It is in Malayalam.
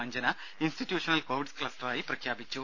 അഞ്ജന ഇൻസ്റ്റിറ്റ്യൂഷണൽ കോവിഡ് ക്ലസ്റ്ററായി പ്രഖ്യാപിച്ചു